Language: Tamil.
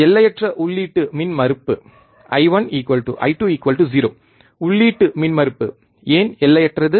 எல்லையற்ற உள்ளீட்டு மின்மறுப்பு I1 I2 0 உள்ளீட்டு மின்மறுப்பு ஏன் எல்லையற்றது